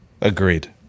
Agreed